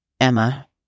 Emma